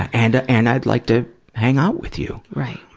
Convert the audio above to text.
and and i'd like to hang out with you.